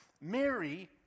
Mary